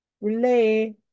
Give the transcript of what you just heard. relay